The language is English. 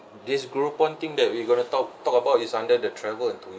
this groupon thing that we gonna talk talk about is under the travel and